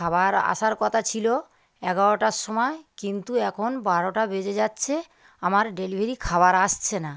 খাবার আসার কথা ছিল এগারোটার সময় কিন্তু এখন বারোটা বেজে যাচ্ছে আমার ডেলিভারি খাবার আসছে না